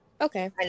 okay